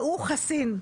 והוא חסין?